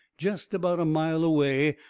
jest about a mile away,